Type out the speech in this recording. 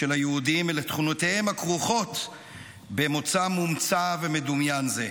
של היהודים ולתכונותיהם הכרוכות במוצא מומצא ומדומיין זה.